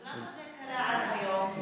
אז למה זה קרה עד היום?